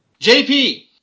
JP